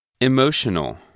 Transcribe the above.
Emotional